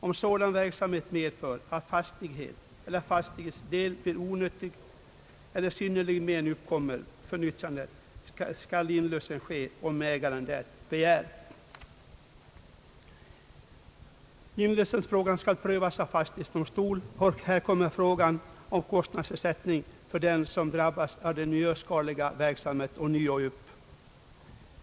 Om sådan Inlösenfrågan skall prövas av fastighetsdomstol, och här kommer frågan om kostnadsersättning för den som drabbas av den miljöskadliga verksamheten ånyo upp.